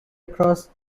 across